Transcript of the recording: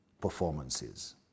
performances